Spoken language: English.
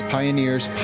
Pioneers